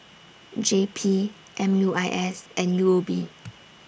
J P M U I S and U O B